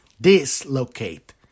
Dislocate